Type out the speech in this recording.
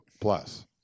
plus